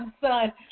son